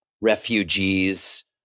refugees